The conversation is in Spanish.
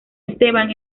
esteban